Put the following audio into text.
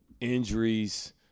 injuries